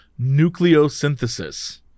nucleosynthesis